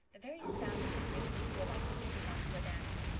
the very sound of them makes me feel like skipping off to a dance.